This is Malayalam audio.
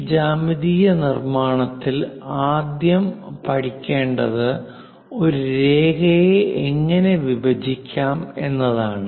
ഈ ജ്യാമിതീയ നിർമ്മാണത്തിൽ ആദ്യം പഠിക്കേണ്ടത് ഒരു രേഖയെ എങ്ങനെ വിഭജിക്കാം എന്നതാണ്